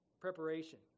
Preparation